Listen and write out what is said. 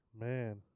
Man